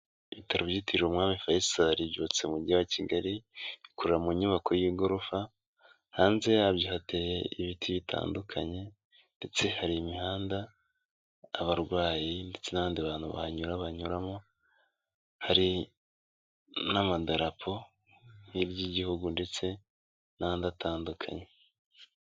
Ibitaro byitiriwe Umwami Faisal byutse mu Mujyi wa Kigali, ikorera mu nyubako y'igorofa, hanze yabyo hateye ibiti bitandukanye ndetse hari imihanda abarwayi ndetse n'andi bantu bahanyura banyuramo, hari n'amadarapo nk'iry'Igihugu ndetse n'andi atandukanye.